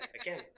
again